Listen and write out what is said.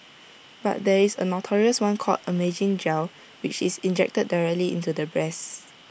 but there is A notorious one called amazing gel which is injected directly into the breasts